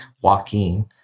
Joaquin